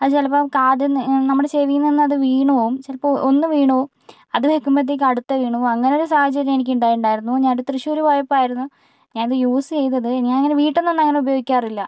അത് ചിലപ്പോൾ കാതിന്ന് നമ്മുടെ ചെവിയിൽ നിന്നത് വീണു പോകും ചിലപ്പോൾ ഒന്നു വീണു പോകും അത് വെക്കുമ്പോൾത്തേക്കും അത് അടുത്തത് വീണു പോകും അങ്ങനെ ഒരു സാഹചര്യം എനിക്ക് ഉണ്ടായിട്ടുണ്ടായിരുന്നു ഞാൻ അത് തൃശ്ശൂർ പോയപ്പോ ആയിരുന്നു ഞാൻ അത് യൂസ് ചെയ്തത് ഇത് ഞാൻ അങ്ങനെ വീട്ടിൽ നിന്നൊന്നും അങ്ങനെ ഉപയോഗിക്കാറില്ല